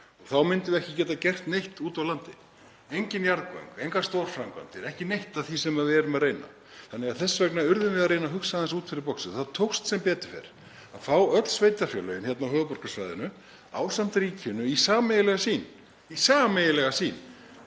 En þá myndum við ekki geta gert neitt úti á landi; engin jarðgöng, engar stórframkvæmdir, ekki neitt af því sem við erum að reyna að gera. Þannig að þess vegna urðum við að reyna að hugsa aðeins út fyrir boxið. Það tókst sem betur fer að fá öll sveitarfélögin hérna á höfuðborgarsvæðinu ásamt ríkinu í sameiginlega sýn, sameiginlega sýn